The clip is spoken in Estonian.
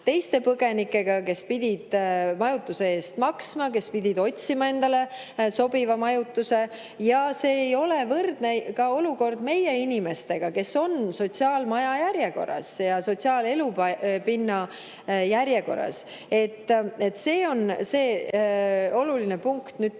teiste põgenikega, kes pidid majutuse eest maksma, kes pidid otsima endale sobiva majutuse, ja see ei ole võrdne olukord ka meie inimestega, kes on sotsiaalmaja järjekorras ja sotsiaalelupinna järjekorras. See on see oluline punkt. Te